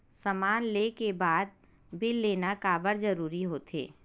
समान ले के बाद बिल लेना काबर जरूरी होथे?